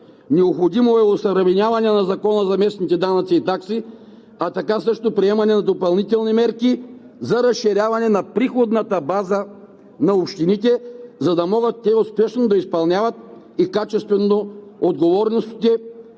Необходимо е осъвременяване на Закона за местните данъци и такси, а така също приемане на допълнителни мерки за разширяване на приходната база на общините, за да могат те успешно и качествено да изпълняват отговорностите